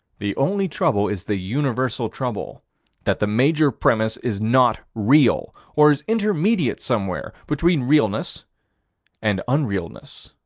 the only trouble is the universal trouble that the major premise is not real, or is intermediate somewhere between realness and unrealness.